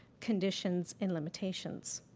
conditions and limitations.